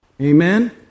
Amen